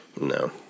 No